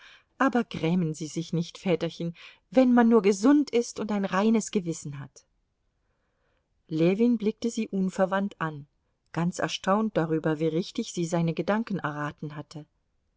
aber grämen sie sich nicht väterchen wenn man nur gesund ist und ein reines gewissen hat ljewin blickte sie unverwandt an ganz erstaunt darüber wie richtig sie seine gedanken erraten hatte